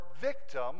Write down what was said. victim